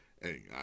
Hey